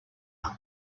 out